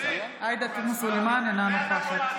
אין לכם טיפת בושה.